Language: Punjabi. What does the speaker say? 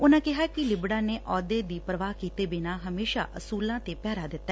ਉਨੂਾ ਕਿਹਾ ਕਿ ਲਿਬੜਾ ਨੇ ਅਹੁਦੇ ਦੀ ਪ੍ਰਵਾਹ ਕਿਤੇ ਬਿਨਾਂ ਹਮੇਸ਼ਾ ਅਸੁਲਾਂ ਤੇ ਪਹਿਰਾ ਦਿੱਤਾ